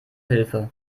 hilfe